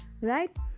right